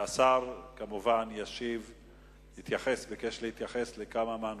והשר כמובן ביקש להתייחס לכמה מהנושאים.